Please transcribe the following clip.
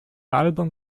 album